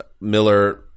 Miller